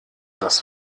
das